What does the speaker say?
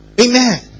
Amen